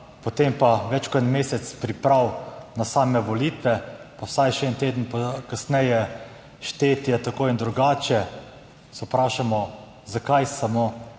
potem pa več kot en mesec priprav na same volitve pa vsaj še en teden kasneje štetje, tako in drugače, se vprašamo, zakaj samo